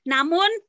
Namun